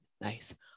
Nice